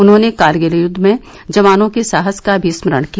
उन्होंने करगिल युद्ध में जवानों के साहस का मी स्मरण किया